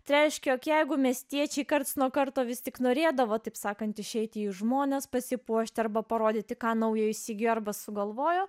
tai reiškia jog jeigu miestiečiai karts nuo karto vis tik norėdavo taip sakant išeiti į žmones pasipuošti arba parodyti ką naujo įsigijo arba sugalvojo